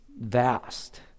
vast